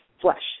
flesh